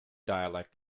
dialect